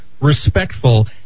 respectful